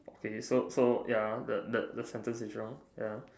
okay so so ya the the the sentence is wrong ya